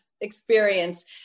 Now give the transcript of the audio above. experience